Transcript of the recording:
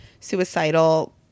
suicidal